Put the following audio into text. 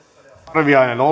arvoisa herra